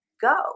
go